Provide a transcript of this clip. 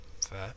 Fair